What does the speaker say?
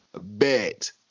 Bet